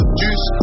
juice